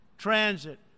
transit